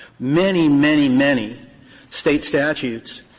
many, many, many state statutes